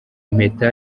impeta